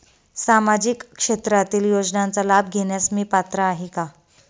सामाजिक क्षेत्रातील योजनांचा लाभ घेण्यास मी पात्र आहे का?